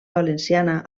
valenciana